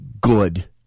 good